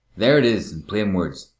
there it is in plain words.